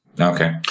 Okay